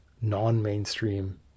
non-mainstream